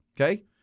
Okay